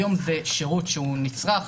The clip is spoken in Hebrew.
היום זה שירות שהוא נצרך,